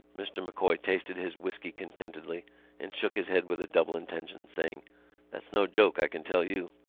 mr. m'coy tasted his whisky contentedly and shook his head with a double intention, saying that's no joke, i can tell you.